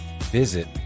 Visit